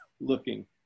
looking